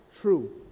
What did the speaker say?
true